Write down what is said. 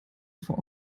vor